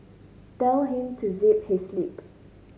tell him to zip his lip